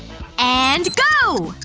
and go!